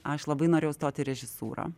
aš labai norėjau stot į režisūrą